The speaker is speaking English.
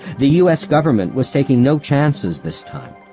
the u s. government was taking no chances this time.